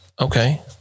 okay